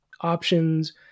options